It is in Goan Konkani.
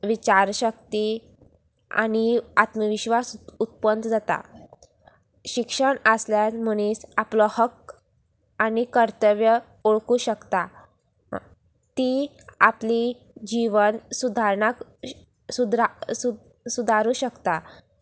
विचार शक्ती आनी आत्मविश्वास उत्पन्न जाता शिक्षण आसल्यार मनीस आपलो हक आनी कर्तव्य ओळखू शकता ती आपली जिवन सुदारणाक सुदारू शकता